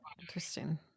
interesting